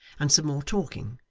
and some more talking,